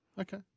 Okay